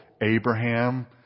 Abraham